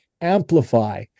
amplify